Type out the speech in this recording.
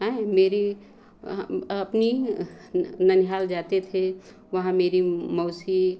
हैं मेरी अपनी ननिहाल जाते थे वहाँ मेरी मौसी